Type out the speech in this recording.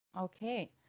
Okay